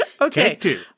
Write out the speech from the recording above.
okay